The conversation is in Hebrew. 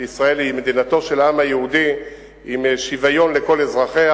שישראל היא מדינתו של העם היהודי עם שוויון לכל אזרחיה,